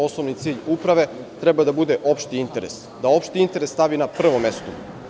Osnovni cilj uprave treba da bude opšti interes, da opšti interes stavi na prvo mesto.